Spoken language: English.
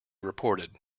reported